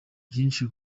byinshi